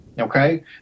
Okay